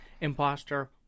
imposter